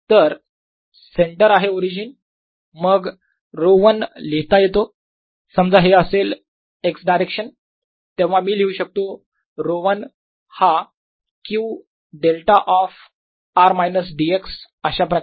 तर सेंटर आहे ओरिजिन मग ρ1 लिहिता येतो समजा हे असेल x डायरेक्शन तेव्हा मी लिहू शकतो ρ1 हा Q delta of r minus dx अशाप्रकारे